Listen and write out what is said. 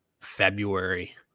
February